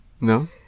No